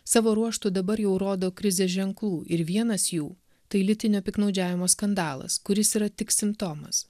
savo ruožtu dabar jau rodo krizės ženklų ir vienas jų tai lytinio piktnaudžiavimo skandalas kuris yra tik simptomas